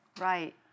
Right